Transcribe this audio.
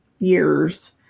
Years